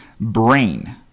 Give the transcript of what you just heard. brain